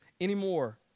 anymore